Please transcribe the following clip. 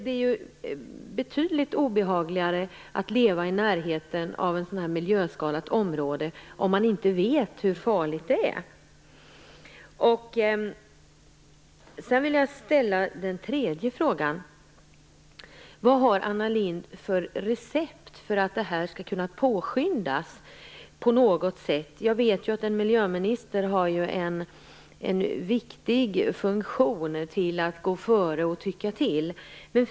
Det är ju betydligt obehagligare att leva i närheten av ett miljöskadat område om man inte vet hur pass farligt det är. Min tredje fråga är: Vilket recept har Anna Lindh för att påskynda detta? Jag vet att en miljöminister har en viktig funktion när det gäller att gå före och tycka till.